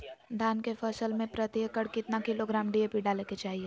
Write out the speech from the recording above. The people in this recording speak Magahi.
धान के फसल में प्रति एकड़ कितना किलोग्राम डी.ए.पी डाले के चाहिए?